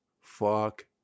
Fuck